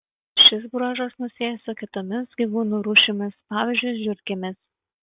šis bruožas mus sieja su kitomis gyvūnų rūšimis pavyzdžiui žiurkėmis